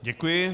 Děkuji.